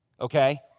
Okay